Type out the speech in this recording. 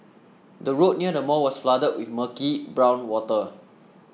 the road near the mall was flooded with murky brown water